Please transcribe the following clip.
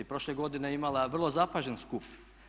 Prošle godine je imala vrlo zapažen skup.